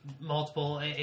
multiple